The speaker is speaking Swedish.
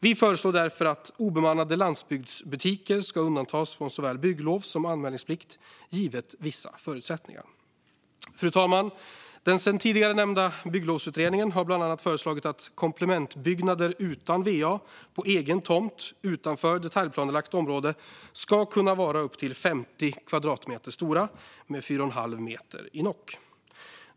Vi föreslår därför att obemannade landsbygdsbutiker ska undantas från såväl bygglovs som anmälningsplikt givet vissa förutsättningar. Fru talman! Den sedan tidigare nämnda Bygglovsutredningen har bland annat föreslagit att komplementbyggnader utan va på egen tomt utanför detaljplanelagt område ska kunna vara upp till 50 kvadratmeter stora med 4,5 meter i nock.